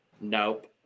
Nope